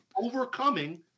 overcoming